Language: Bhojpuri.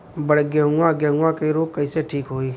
बड गेहूँवा गेहूँवा क रोग कईसे ठीक होई?